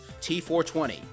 T420